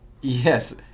yes